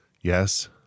Yes